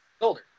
older